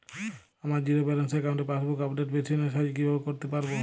আমার zero balance অ্যাকাউন্টে passbook update machine এর সাহায্যে কীভাবে করতে পারব?